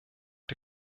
der